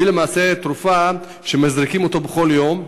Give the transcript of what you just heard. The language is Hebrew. והיא תרופה שמזריקים אותה בכל יום,